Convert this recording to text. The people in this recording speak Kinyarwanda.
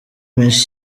menshi